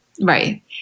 Right